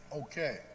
Okay